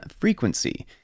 frequency